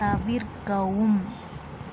தவிர்க்கவும்